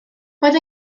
roedd